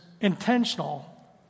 intentional